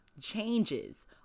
changes